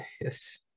Yes